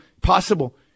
possible